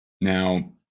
now